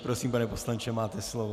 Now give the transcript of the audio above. Prosím, pane poslanče, máte slovo.